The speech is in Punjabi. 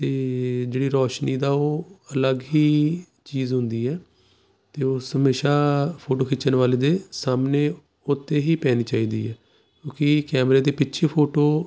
ਤਾਂ ਜਿਹੜੀ ਰੋਸ਼ਨੀ ਦਾ ਉਹ ਅਲੱਗ ਹੀ ਚੀਜ਼ ਹੁੰਦੀ ਹੈ ਅਤੇ ਉਸ ਹਮੇਸ਼ਾ ਫੋਟੋ ਖਿੱਚਣ ਵਾਲੇ ਦੇ ਸਾਹਮਣੇ ਉੱਥੇ ਹੀ ਪੈਣੀ ਚਾਹੀਦੀ ਹੈ ਕਿਉਂਕਿ ਕੈਮਰੇ ਦੇ ਪਿੱਛੇ ਫੋਟੋ